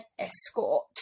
escort